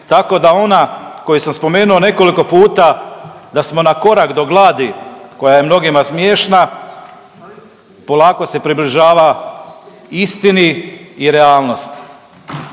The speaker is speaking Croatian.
tako da ona koju sam spomenuo nekoliko puta da smo na korak do gladi koja je mnogima smiješna, polako se približava istini i realnosti.